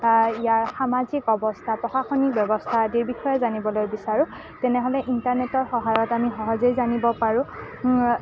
ইয়াৰ সামাজিক অৱস্থা প্ৰশাসনিক ব্যৱস্থা আদিৰ বিষয়ে জানিবলৈ বিচাৰোঁ তেনেহ'লে ইণ্টাৰনেটৰ সহায়ত আমি সহজেই জানিব পাৰোঁ